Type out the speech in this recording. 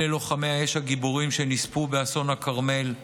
אלה לוחמי האש הגיבורים שנספו באסון הכרמל,